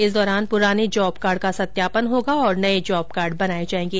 इस दौरान पुराने जॉब कार्ड का सत्यापन होगा और नये जॉब कार्ड बनाये जायेंगे